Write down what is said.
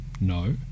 No